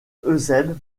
eusèbe